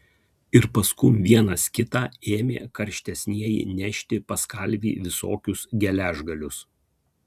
ir paskum vienas kitą ėmė karštesnieji nešti pas kalvį visokius geležgalius